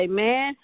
Amen